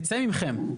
תצא מכם.